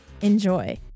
Enjoy